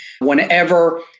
whenever